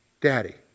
Daddy